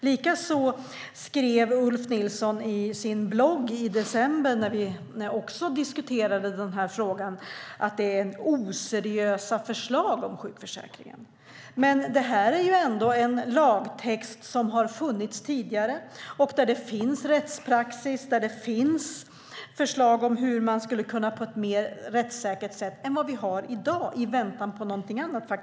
Likaså skrev Ulf Nilsson i sin blogg i december, när vi också diskuterade frågan, att det är oseriösa förslag om sjukförsäkringen. Det här är ändå en lagtext som har funnits tidigare, där det finns rättspraxis och där det finns förslag om hur man kan genomföra detta på ett mer rättssäkert sätt än i dag i väntan på något annat.